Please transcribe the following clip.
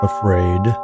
Afraid